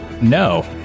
no